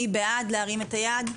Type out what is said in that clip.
מי שבעד להרים את היד.